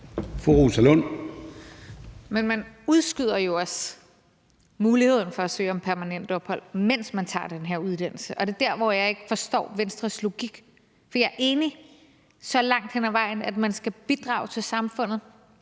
Men man udskyder jo også muligheden for at søge om permanent ophold, mens man tager den her uddannelse, og det er der, hvor jeg ikke forstår Venstres logik. For jeg er enig så langt hen ad vejen, at man skal bidrage til samfundet,